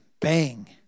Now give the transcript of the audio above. bang